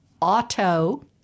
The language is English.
auto